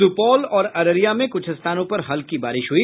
सुपौल और अररिया में कुछ स्थानों पर हल्की बारिश हुई